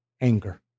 Anger